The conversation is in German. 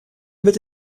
mit